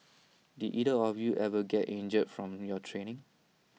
did either of you ever get injured from your training